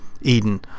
Eden